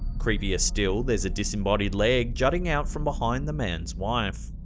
creepier still, there's a disembodied leg jutting out from behind the man's wife.